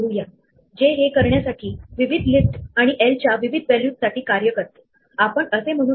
Python मध्ये याशिवाय एक बिल्ड इन डेटा टाइप उपलब्ध आहे तो म्हणजे सेट